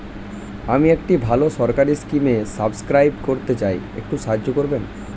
আমি একটি ভালো সরকারি স্কিমে সাব্সক্রাইব করতে চাই, একটু সাহায্য করবেন?